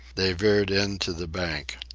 they veered in to the bank.